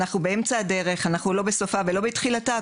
אנחנו באמצע הדרך, אנחנו לא בסופה ולא בתחילתה.